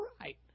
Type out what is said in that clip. right